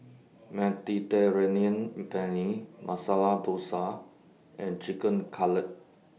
Mediterranean Penne Masala Dosa and Chicken Cutlet